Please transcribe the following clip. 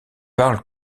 parle